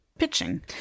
pitching